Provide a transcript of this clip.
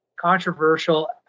controversial